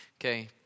Okay